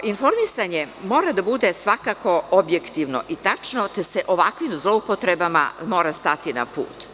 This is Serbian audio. Informisanje mora da bude svakako objektivno i tačno, te se ovakvim zloupotrebama mora stati na put.